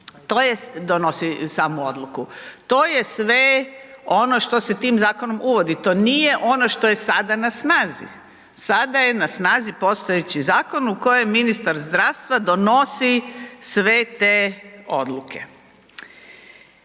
To je sve ono što se tim zakonom uvodi, to nije ono što je sada na snazi. Sada je na snazi postojeći zakon u kojem ministar zdravstva donosi sve te odluke.